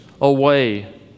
away